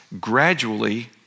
gradually